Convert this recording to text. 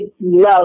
love